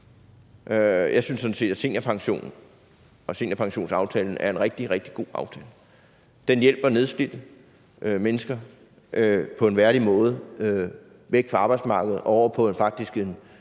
Jeg synes sådan set, at seniorpensionen og seniorpensionsaftalen er en rigtig, rigtig god aftale. Den hjælper nedslidte mennesker på en værdig måde til at komme væk fra arbejdsmarkedet og over på en ydelse,